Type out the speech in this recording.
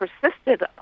persisted